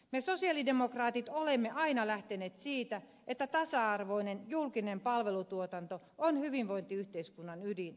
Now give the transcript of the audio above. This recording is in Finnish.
me sosialidemokraatit olemme aina lähteneet siitä että tasa arvoinen julkinen palvelutuotanto on hyvinvointiyhteiskunnan ydin